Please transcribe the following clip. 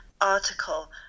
article